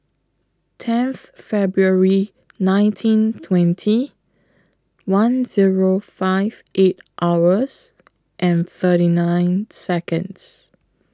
tenth February nineteen twenty one Zero five eight hours and thirty nine Seconds